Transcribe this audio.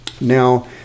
Now